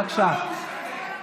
בבקשה.